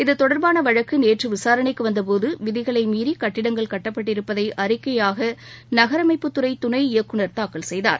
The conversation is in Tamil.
இது தொடர்பான வழக்கு நேற்று விசாரணைக்கு வந்தபோது விதிகளை மீறி கட்டடங்கள் கட்டப்பட்டிருப்பதை அறிக்கையாக நகரமைப்புத்துறை துணை இயக்குநர் தாக்கல் செய்தார்